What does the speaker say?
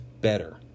better